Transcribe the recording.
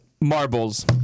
marbles